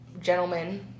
gentlemen